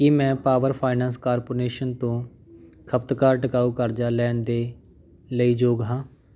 ਕੀ ਮੈਂ power finance corporation ਤੋਂ ਖਪਤਕਾਰ ਟਿਕਾਊ ਕਰਜ਼ਾ ਲੈਣ ਦੇ ਲਈ ਯੋਗ ਹਾਂ